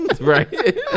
Right